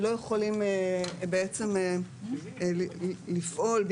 שלא יכולים בעצם לפעול,